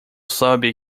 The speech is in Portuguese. sabe